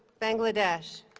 bangladesh